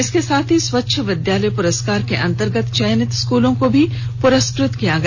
इसके साथ ही स्वच्छ विद्यालय पुरस्कार के अंतगर्त चयनित स्कूलो को भी पुरस्कृत किया गया